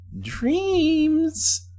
Dreams